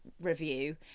review